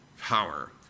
power